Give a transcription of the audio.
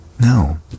No